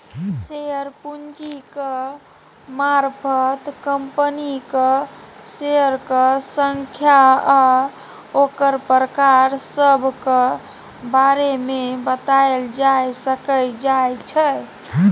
share पूंजीक मारफत कंपनीक शेयरक संख्या आ ओकर प्रकार सभक बारे मे बताएल जाए सकइ जाइ छै